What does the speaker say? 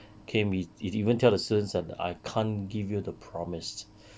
K he he even tell the students that I can't give you the promise